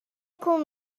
تکون